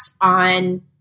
on